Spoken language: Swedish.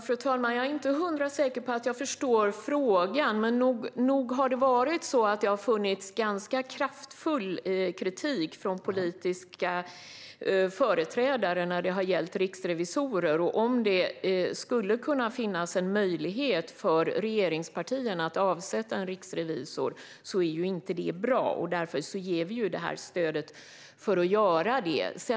Fru talman! Jag är inte hundra på att jag förstår frågan, men nog har det funnits en ganska kraftfull kritik från politiska företrädare när det har gällt riksrevisorer. Om det skulle finnas en möjlighet för regeringspartierna att avsätta en riksrevisor skulle det inte vara bra. Därför ger vi det här stödet.